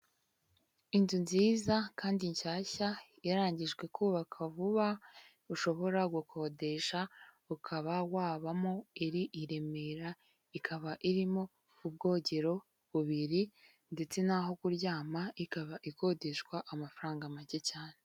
Inzu nziza kandi nshyashya irangijwe kubakwa vuba, ushobora gukodesha ukaba wabamo iri i Remera, ikaba irimo ubwogero bubiri ndetse n'aho kuryama, ikaba ikodeshwa amafaranga make cyane.